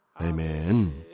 Amen